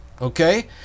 okay